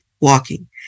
walking